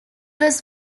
was